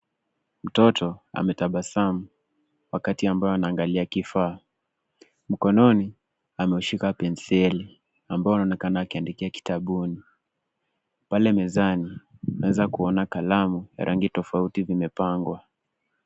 Mtoto ametabasamu wakati mbayo anaangalia kifaa. Mkononi ameushika penseli ambao anaonekana akiandika kitabuni. Pale mezani tunaweza kuona kalamu za rangi tofauti vimewepangwa.